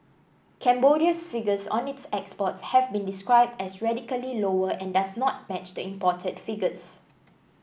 Cambodia's figures on its exports have been described as radically lower and does not match the imported figures